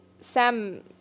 Sam